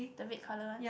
the red colour one